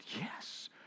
Yes